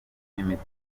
n’imiti